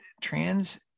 trans